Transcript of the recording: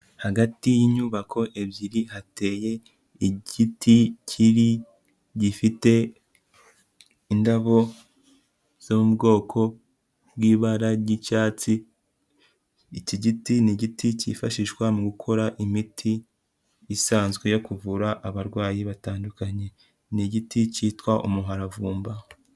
Hagati y'inyubako ebyiri hateye ikiti kiri gifite indabo zo mu bwoko bw'ibara ry'icyatsi, iki giti ni igiti cyifashishwa mu gukora imiti isanzwe yo kuvura abarwayi batandukanye, ni igiti cyitwa umuharavumba.